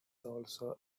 also